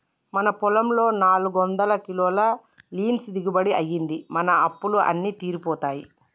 మన పొలంలో నాలుగొందల కిలోల లీన్స్ దిగుబడి అయ్యింది, మన అప్పులు అన్నీ తీరిపోతాయి